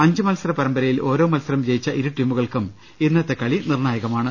അഞ്ച് മത്സര പരമ്പരയിൽ ഓരോ മത്സരം ജയിച്ച ഇരൂടീമുകൾക്കും ഇന്നത്തെ കളി നിർണ്ണായകമാണ്